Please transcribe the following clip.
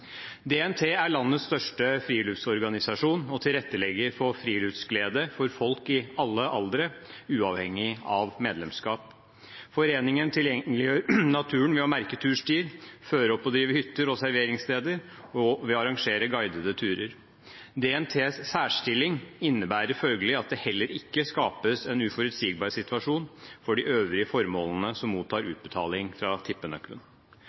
DNT er landets største friluftsorganisasjon og tilrettelegger for friluftsglede for folk i alle aldre, uavhengig av medlemskap. Foreningen tilgjengeliggjør naturen ved å merke turstier, oppføre og drive hytter og serveringssteder og ved å arrangere guidede turer. DNTs særstilling innebærer følgelig at det heller ikke skapes en uforutsigbar situasjon for de øvrige formålene som mottar utbetaling fra tippenøkkelen.